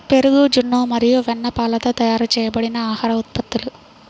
పెరుగు, జున్ను మరియు వెన్నపాలతో తయారు చేయబడిన ఆహార ఉత్పత్తులు